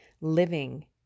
living